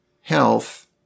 health